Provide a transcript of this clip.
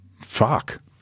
fuck